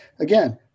again